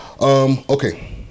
Okay